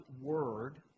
Word